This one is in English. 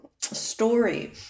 story